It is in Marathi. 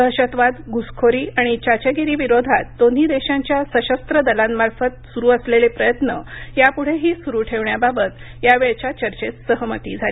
दहशतवाद घुसखोरी आणि चाचेगिरीविरोधात दोन्ही देशांच्या सक्षस्त्र दलांमार्फत सुरू असलेले प्रयत्न यापुढेही सुरू ठेवण्याबाबत यावेळच्या चर्चेत सहमती झाली